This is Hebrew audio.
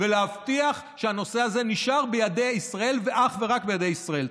ולהבטיח שהנושא הזה נשאר בידי ישראל ואך ורק בידי ישראל,